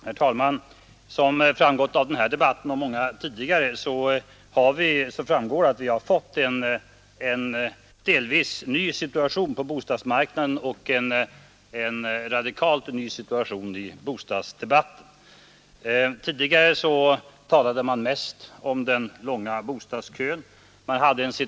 Herr talman! Av den här debatten och många tidigare framgår att vi har fått en delvis ny situation på bostadsmarknaden och en ny bostadsdebatt. Tidigare talade man mest om den långa bostadskön.